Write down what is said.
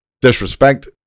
disrespect